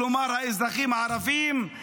כלומר האזרחים הערבים,